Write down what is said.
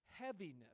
heaviness